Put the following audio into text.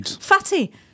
Fatty